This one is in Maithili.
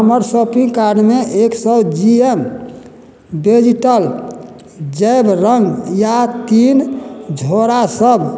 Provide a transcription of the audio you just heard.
कृपया हमर शॉपिन्ग कार्डमे एक सओ जी एम वेजिटल जैव रङ्ग या तीन झोरा सब